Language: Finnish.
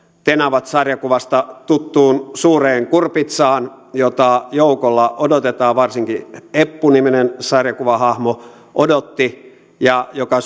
tenavat sarjakuvasta tuttuun suureen kurpitsaan jota joukolla odotetaan varsinkin eppu niminen sarjakuvahahmo odotti ja joka